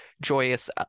joyous